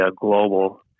global